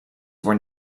were